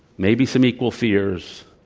maybe some equal fears.